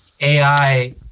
AI